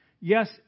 Yes